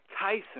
Tyson